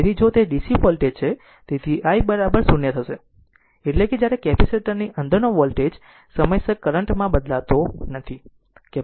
તેથી જો તે DC વોલ્ટેજ છે તેથી i 0 થઈશ એટલે કે જ્યારે કેપેસિટર ની અંદરનો વોલ્ટેજ સમયસર કરંટ માં બદલાતો નથી